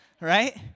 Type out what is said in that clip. right